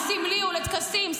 הוא סמלי, הוא לטקסים.